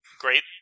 great